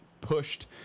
pushed